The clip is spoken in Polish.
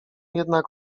jednak